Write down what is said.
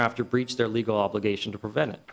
they're after breached their legal obligation to prevent it